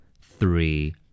three